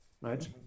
right